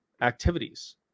activities